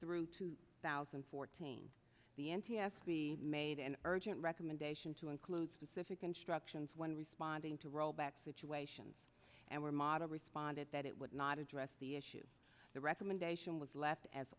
through two thousand and fourteen the n t s b made an urgent recommendation to include specific instructions when responding to rollback situations and were model responded that it would not address the issues the recommendation was left as